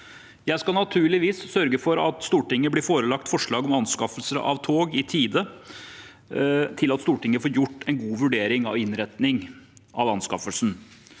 Jeg skal naturligvis sørge for at Stortinget blir forelagt forslag om anskaffelser av tog i tide til at Stortinget får gjort en god vurdering av innretningen av anskaffelsen.